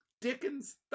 Dickens